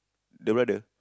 the brother